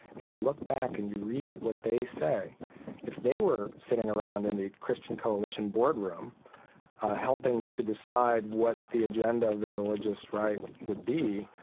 and you look back and you read what they say if they were sitting around in the christian coalition boardroom helping to decide what the agenda of the religious right would be,